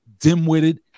dim-witted